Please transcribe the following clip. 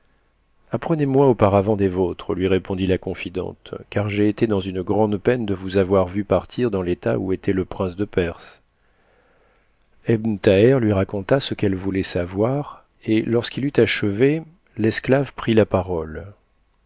apprenez-moi auparavant des vôtres lui répondit la confidente car j'ai été dans une grande peine de vous avoir vus partir dans l'état où était le prince de perse ebn thaher lui raconta ce qu'elle voulait savoir et lorsqu'il eut achevé l'esclave prit la parole